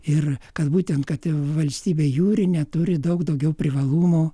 ir kad būtent kad valstybė jūrinė turi daug daugiau privalumų